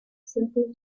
simple